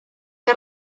que